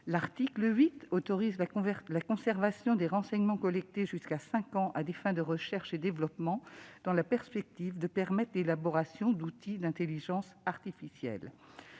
L'article 8 autorise la conservation des renseignements collectés jusqu'à cinq ans, à des fins de recherche et de développement, dans la perspective de permettre l'élaboration d'outils d'intelligence artificielle.